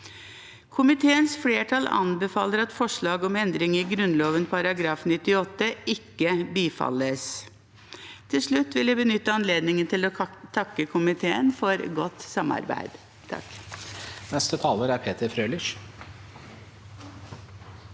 Komiteens flertall anbefaler at forslaget om endring i Grunnloven § 98 ikke bifalles. Til slutt vil jeg benytte anledningen til å takke komiteen for godt samarbeid.